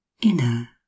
inner